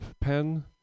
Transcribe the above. pen